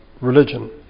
religion